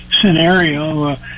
scenario